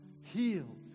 healed